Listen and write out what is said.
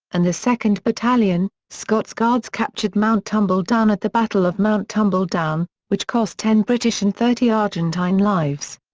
and the second battalion, scots guards captured mount tumbledown at the battle of mount tumbledown, which cost ten british and thirty argentine lives.